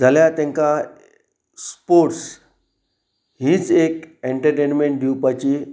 जाल्यार तांकां स्पोर्ट्स हीच एक एनटरटेनमेंट दिवपाची